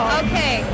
okay